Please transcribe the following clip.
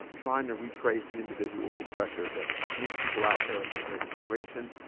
um trying to retrace the individual pressures that moved people out during the great migration.